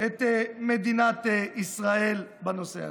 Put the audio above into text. את מדינת ישראל בנושא הזה.